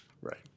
Right